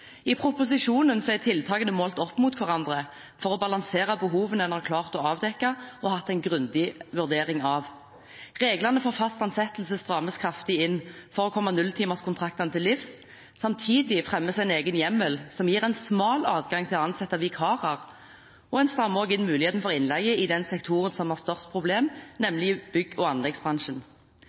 I proposisjonen er tiltakene målt opp mot hverandre for å balansere behovene en har klart å avdekke og hatt en grundig vurdering av. Reglene for fast ansettelse strammes kraftig inn for å komme nulltimerskontraktene til livs. Samtidig fremmes det en egen hjemmel som gir en smal adgang til å ansette vikarer, og en strammer inn muligheten for innleie i den sektoren som har størst problemer, nemlig bygg- og anleggsbransjen.